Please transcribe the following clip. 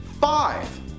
Five